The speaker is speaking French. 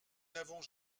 n’avons